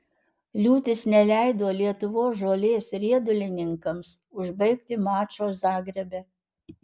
liūtis neleido lietuvos žolės riedulininkams užbaigti mačo zagrebe